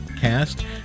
cast